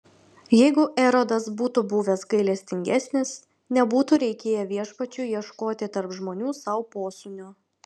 jeigu erodas būtų buvęs gailestingesnis nebūtų reikėję viešpačiui ieškoti tarp žmonių sau posūnio